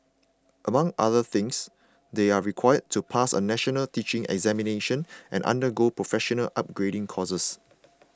among other things they are required to pass a national teaching examination and undergo professional upgrading courses